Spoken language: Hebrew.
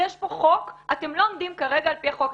יש פה חוק, אתם לא עומדים כרגע על פי החוק.